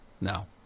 No